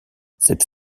cette